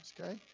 okay